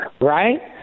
Right